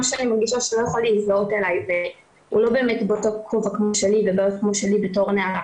שאני מרגישה שלא באמת באותו כובע כמו שלי בתור נערה.